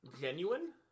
genuine